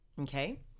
Okay